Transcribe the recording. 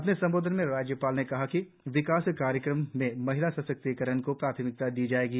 अपने संबोधन में राज्यपाल ने कहा कि विकास कार्यक्रमों में महिला सशक्तिकरण को प्राथमिकता दी जाएगी